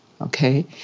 okay